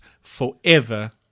forever